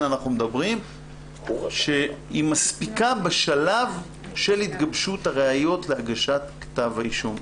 אנחנו מדברים שהיא מספיקה בשלב של התגבשות הראיות להגשת כתב האישום.